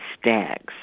stags